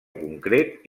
concret